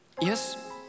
yes